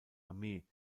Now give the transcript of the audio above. armee